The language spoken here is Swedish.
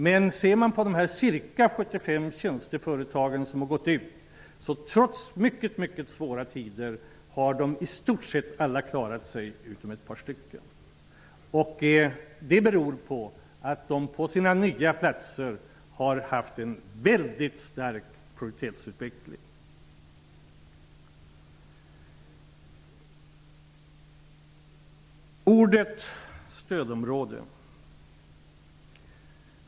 Men ser man på de ca 75 tjänsteföretag som har beviljats stöd finner man att alla utom ett par har klarat sig trots mycket svåra tider. Det beror på att de på sina nya platser har haft en väldigt stark produktivitetsutveckling. Så till ordet stödområde!